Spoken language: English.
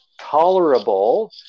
tolerable